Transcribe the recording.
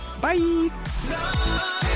Bye